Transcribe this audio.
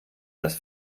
dass